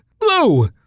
Blue